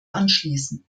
anschließen